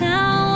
Now